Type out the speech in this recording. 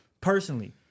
personally